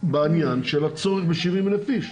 בעניין של הצורך ב-70,000 איש.